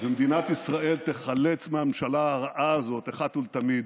ומדינת ישראל תיחלץ מן הממשלה הרעה הזאת אחת ולתמיד,